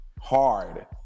hard